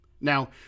Now